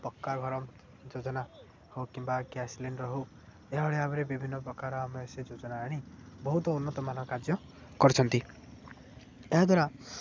ପକ୍କାଘର ଯୋଜନା ହଉ କିମ୍ବା ଗ୍ୟାସ୍ ସିଲିଣ୍ଡର ହଉ ଏହାଭଳି ଭାବରେ ବିଭିନ୍ନ ପ୍ରକାର ଆମେ ସେ ଯୋଜନା ଆଣି ବହୁତ ଉନ୍ନତମାନ କାର୍ଯ୍ୟ କରିଛନ୍ତି ଏହାଦ୍ୱାରା